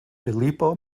filippo